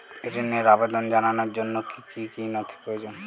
ঋনের আবেদন জানানোর জন্য কী কী নথি প্রয়োজন?